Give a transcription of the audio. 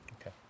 Okay